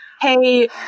Hey